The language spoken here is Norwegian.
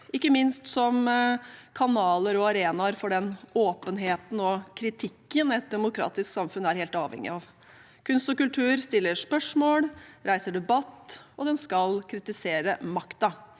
ikke minst som kanaler og arenaer for den åpenheten og kritikken et demokratisk samfunn er helt avhengig av. Kunst og kultur stiller spørsmål, reiser debatt og skal kritisere makta.